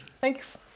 Thanks